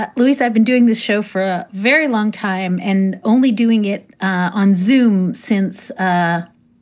but luis, i've been doing this show for a very long time and only doing it on zoome since ah